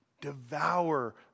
devour